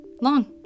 Long